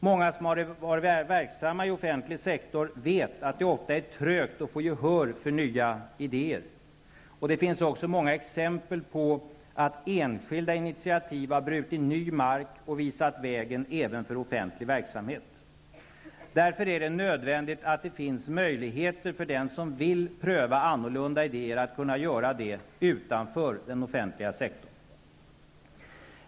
Många som har varit verksamma i offentlig sektor vet att det ofta är trögt att få gehör för nya idéer. Det finns också många exempel på att enskilda initiativ har brutit ny mark och visat vägen även för offentlig verksamhet. Därför är det nödvändigt att det finns möjligheter för den som vill pröva annorlunda idéer att kunna göra det utanför den offentliga sektorn.